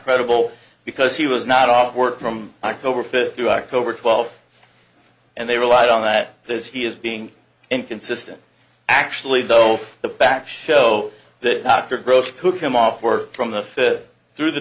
credible because he was not off work from october fifth through october twelfth and they relied on that is he is being inconsistent actually though the back show that dr gross took him off work from the fifth through the